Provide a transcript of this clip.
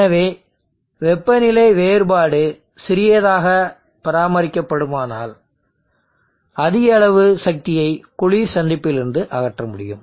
எனவே வெப்பநிலை வேறுபாடு சிறியதாக பராமரிக்கப்படுமானால் அதிக அளவு சக்தியை குளிர் சந்திப்பிலிருந்து அகற்ற முடியும்